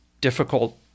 difficult